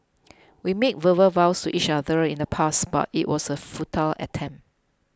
we made verbal vows to each other in the past but it was a futile attempt